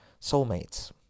Soulmates